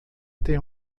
tem